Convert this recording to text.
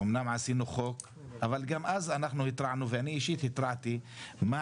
ואמנם עשינו חוק אבל גם אז אנחנו התרענו ואני אישית התרעתי מה